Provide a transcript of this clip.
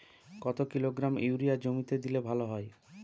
কত kilogram urea জমিতে দিলে ভালো হয়?